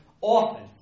often